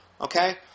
Okay